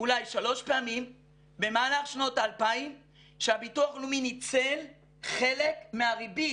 אולי שלוש פעמים במהלך שנות ה-2000 שהביטוח הלאומי ניצל חלק מהריבית